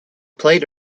played